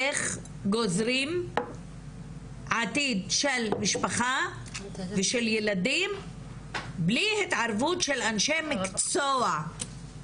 איך גוזרים עתיד של משפחה ושל ילדים בלי התערבות של אנשי מקצוע.